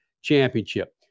championship